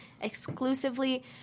exclusively